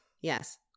Yes